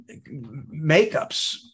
makeups